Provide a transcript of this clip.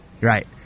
right